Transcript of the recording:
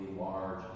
large